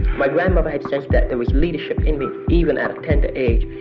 my grandmother says that there was leadership in me even at a tender age.